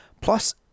Plus